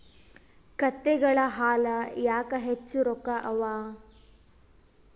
ಕತ್ತೆಗಳ ಹಾಲ ಯಾಕ ಹೆಚ್ಚ ರೊಕ್ಕ ಅವಾ?